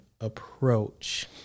approach